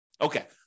Okay